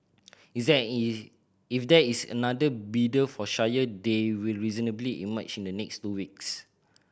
if there is another bidder for Shire they will reasonably emerge in the next two weeks